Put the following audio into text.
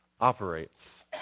operates